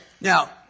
Now